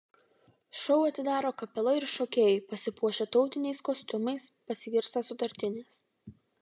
šou atidaro kapela ir šokėjai pasipuošę tautiniais kostiumais pasigirsta sutartinės